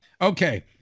Okay